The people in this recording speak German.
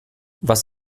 was